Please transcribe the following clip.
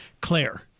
Claire